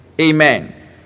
amen